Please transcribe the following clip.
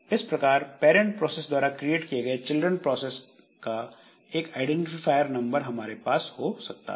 इस प्रकार parent process द्वारा क्रिएट किए गए चिल्ड्रन प्रोसेस का एक आइडेंटिफायर नंबर हमारे पास हो सकता है